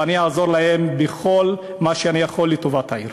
ואני אעזור להם בכל מה שאני יכול לטובת העיר.